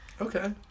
Okay